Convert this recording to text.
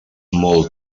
molt